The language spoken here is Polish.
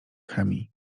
chemii